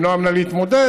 למנוע ממנה להתמודד.